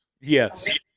Yes